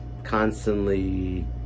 constantly